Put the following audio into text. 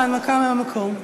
הנמקה מהמקום.